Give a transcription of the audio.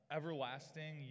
everlasting